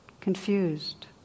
Confused